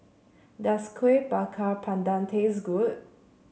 does Kuih Bakar Pandan taste good